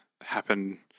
happen